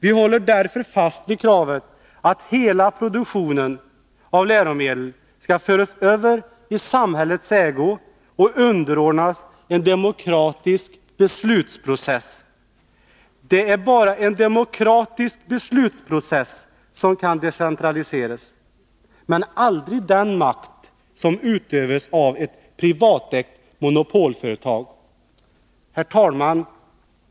Vi håller därför fast vid kravet att hela produktionen av läromedel skall föras över i samhällets ägo och underordnas en demokratisk beslutsprocess. Det är bara en demokratisk beslutsprocess som kan decentraliseras — aldrig den makt som utövas av ett privatägt monopolföretag. Herr talman!